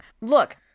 look